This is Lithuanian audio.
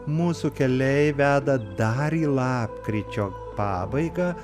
mūsų keliai veda dar į lapkričio pabaigą